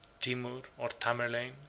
timur, or tamerlane,